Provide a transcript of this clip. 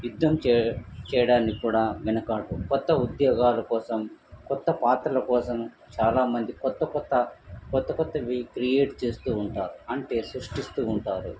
యుద్ధం చేయ చేయడానికి కూడా వెనకాడరు కొత్త ఉద్యోగాల కోసం కొత్త పాత్రల కోసం చాలామంది కొత్తకొత్త కొత్తకొత్తవి క్రియేట్ చేస్తూ ఉంటారు అంటే సృష్టిస్తూ ఉంటారు